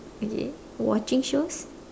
really watching shows